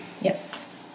Yes